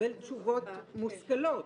לקבל תשובות מושכלות.